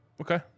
Okay